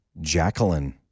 Jacqueline